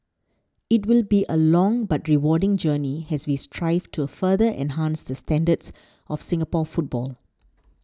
it will be a long but rewarding journey as we strive to further enhance the standards of Singapore football